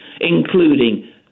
including